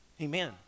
Amen